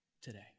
today